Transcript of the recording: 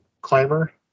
climber